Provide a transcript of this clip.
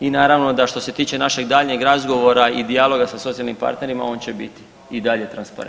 I naravno da što se tiče našeg daljnjeg razgovora i dijaloga sa socijalnim partnerima on će bit i dalje transparentan.